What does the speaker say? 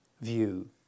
view